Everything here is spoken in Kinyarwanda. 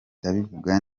ndabivuga